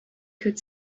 could